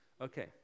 Okay